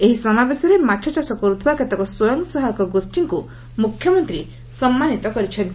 ଏହି ସମାବେଶରେ ମାଛଚାଷ କର୍ଥିବା କେତେକ ସ୍ୱୟଂସହାୟକ ଗୋଷୀଙ୍କୁ ମୁଖ୍ୟମନ୍ତ୍ରୀ ସମ୍ମାନିତ କରିଛନ୍ତି